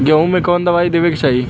गेहूँ मे कवन दवाई देवे के चाही?